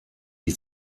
wie